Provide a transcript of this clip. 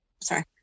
Sorry